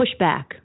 pushback